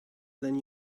than